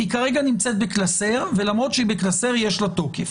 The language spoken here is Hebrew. היא כרגע נמצאת בקלסר ולמרות שהיא בקלסר יש לה תוקף.